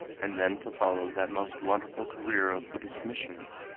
and then to follow that most wonderful career of buddhist missions,